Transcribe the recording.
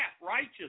righteous